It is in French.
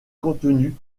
contenus